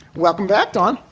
welcome back, don.